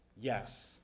yes